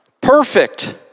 Perfect